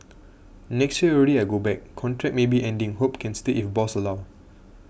next year already I go back contract maybe ending hope can stay if boss allow